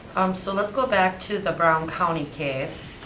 um so let's go back to the brown county case.